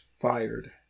fired